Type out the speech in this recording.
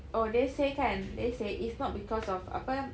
oh they say kan they say it's not because of apa